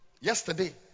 yesterday